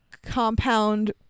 compound